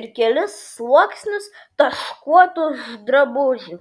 ir kelis sluoksnius taškuotų drabužių